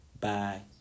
Bye